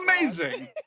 Amazing